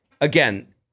again